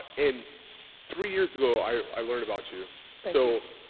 and three years ago i learned about you so.